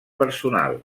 personal